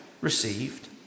received